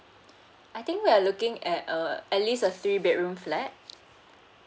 I think we're looking at uh at least a three bedroom flat